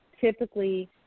typically